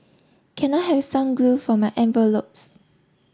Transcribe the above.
can I have some glue for my envelopes